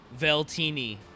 Veltini